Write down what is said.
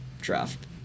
draft